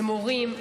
למורים,